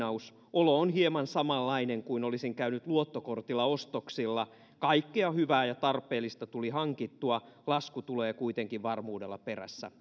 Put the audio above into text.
olo on hieman samanlainen kuin olisin käynyt luottokortilla ostoksilla kaikkea hyvää ja tarpeellista tuli hankittua lasku tulee kuitenkin varmuudella perässä